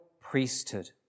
priesthood